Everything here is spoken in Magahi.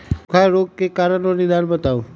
सूखा रोग के कारण और निदान बताऊ?